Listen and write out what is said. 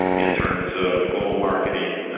in terms of global marketing,